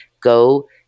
go